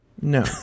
No